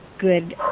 good